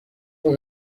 اون